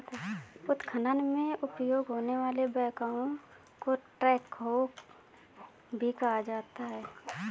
उत्खनन में उपयोग होने वाले बैकहो को ट्रैकहो भी कहा जाता है